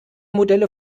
modelle